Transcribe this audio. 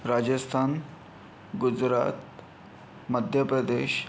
Rajasthan Gujarat Madhya Pradesh